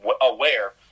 aware